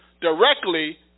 directly